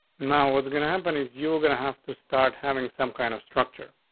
now what's going to happen is you're gonna have to start having some kind of structure.